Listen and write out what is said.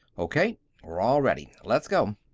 okay we're all ready. let's go.